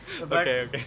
Okay